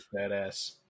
badass